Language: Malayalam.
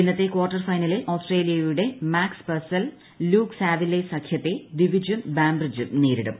ഇന്നത്തെ കാർട്ടർ ഫൈനലിൽ ഓസ്ട്രേലിയയുടെ മാക്സ് പർസൽ ലൂക് സാവില്ലെ സഖ്യത്തെ ദിവിജും ബാംബ്രിഡ്ജും നേരിടും